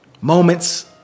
Moments